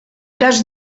cas